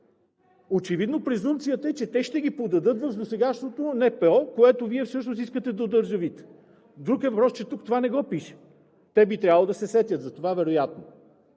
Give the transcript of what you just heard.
Очевидно презумцията е, че те ще ги подадат в досегашното НПО, което Вие всъщност искате да одържавите. Друг е въпросът, че тук това не го пише. Те би трябвало вероятно да се сетят за това. Да не